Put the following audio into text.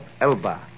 Elba